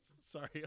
Sorry